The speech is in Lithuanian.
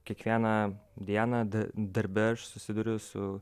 kiekvieną dieną darbe aš susiduriu su